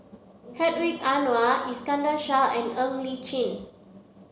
Hedwig Anuar Iskandar Shah and Ng Li Chin